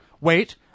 Wait